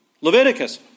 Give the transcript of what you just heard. Leviticus